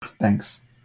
Thanks